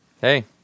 Hey